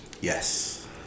Yes